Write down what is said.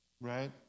Right